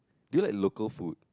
do you like local food